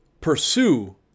pursue